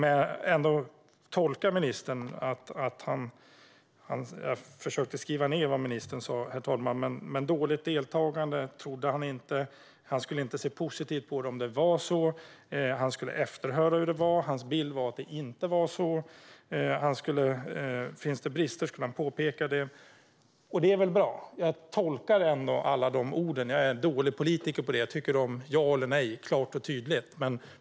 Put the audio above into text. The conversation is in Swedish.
Jag försökte skriva ned vad ministern sa, herr talman. Dåligt deltagande trodde han inte det var, men han skulle inte se positivt på om det var så. Han skulle efterhöra hur det var, men hans bild var att det inte var så. Finns det brister skulle han påpeka det. Det är också min uppmaning till ministern. Det är väl bra. Jag är en dålig politiker när det gäller att tolka orden; jag tycker om ja eller nej, klart och tydligt.